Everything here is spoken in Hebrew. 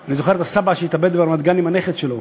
אני זוכר את הסבא שהתאבד ברמת-גן עם הנכד שלו.